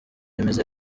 bimeze